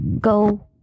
go